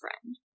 friend